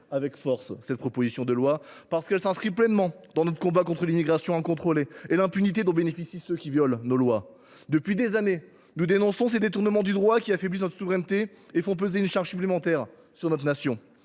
avec force cette proposition de loi, qui s’inscrit pleinement dans notre combat contre l’immigration incontrôlée et l’impunité dont bénéficient ceux qui violent nos lois. Depuis des années, nous dénonçons ces détournements du droit qui affaiblissent notre souveraineté et font peser une charge supplémentaire sur notre nation.